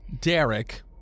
Derek